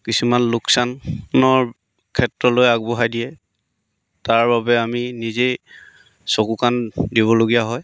কিছুমান লোকচানৰ ক্ষেত্ৰলৈ আগবঢ়াই দিয়ে তাৰবাবে আমি নিজেই চকু কাণ দিবলগীয়া হয়